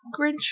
Grinch